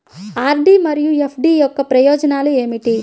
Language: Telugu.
ఆర్.డీ మరియు ఎఫ్.డీ యొక్క ప్రయోజనాలు ఏమిటి?